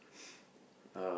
uh